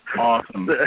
awesome